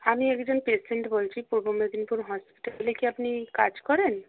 আমি একজন পেশেন্ট বলছি পূর্ব মেদিনীপুর হসপিটালে কি আপনি কাজ করেন